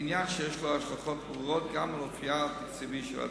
עניין שיש לו השלכות ברורות גם על אופיה התקציבי של ההצעה.